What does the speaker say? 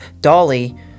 Dolly